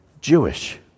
Jewish